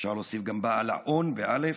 ואפשר להוסיף גם בעל האון, בא'